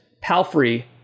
Palfrey